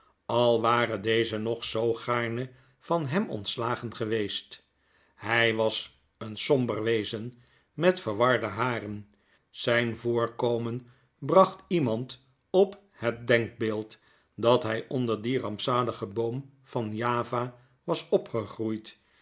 al ware deze nog zoo gaarne van hem ontslagen geweest hy was een somber wezen met verwarde haren zijn voorkomen bracht iemand op het denkbeeld dat hy onder dien rampzaligen boom van java was opgegroeid